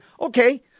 okay